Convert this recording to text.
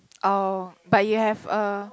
oh but you have a